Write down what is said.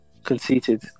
conceited